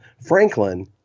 Franklin